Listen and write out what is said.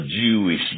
Jewish